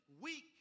weak